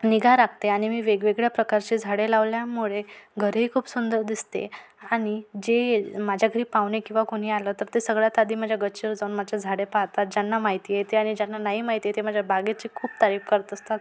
निगा राखते आणि मी वेगवेगळ्या प्रकारचे झाडे लावल्यामुळे घरही खूप सुंदर दिसते आणि जे माझ्या घरी पाहुणे किंवा कोणी आलं तर ते सगळ्यात आधी माझ्या गच्चीवर जाऊन माझ्या झाडे पाहतात ज्यांना माहिती आहे ते आणि ज्यांना नाही माहिती ते माझ्या बागेची खूप तारीफ करत असतात